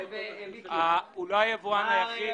הוא לא היבואן היחיד,